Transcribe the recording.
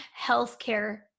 healthcare